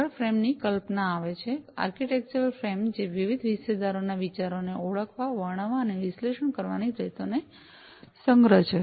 આગળ ફ્રેમની કલ્પના આવે છે આર્કિટેક્ચરલ ફ્રેમ જે વિવિધ હિસ્સેદારોના વિચારોને ઓળખવા વર્ણવવા અને વિશ્લેષણ કરવાની રીતોનો સંગ્રહ છે